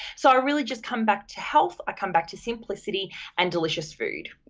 so, i really just come back to health, i come back to simplicity and delicious food.